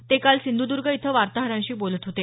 ते काल सिंधुदर्ग इथं वार्ताहरांशी बोलत होते